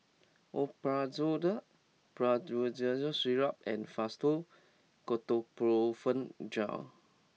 Omeprazole Promethazine Syrup and Fastum Ketoprofen Gel